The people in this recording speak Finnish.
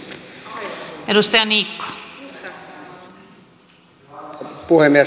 arvoisa puhemies